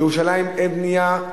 בירושלים אין בנייה,